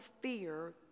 fear